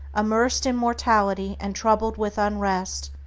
immersed in mortality and troubled with unrest,